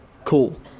Cool